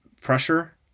pressure